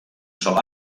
sol